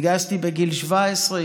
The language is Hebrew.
התגייסתי בגיל 17,